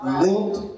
linked